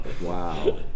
Wow